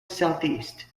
southeast